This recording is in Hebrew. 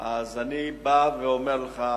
אז אני בא ואומר לך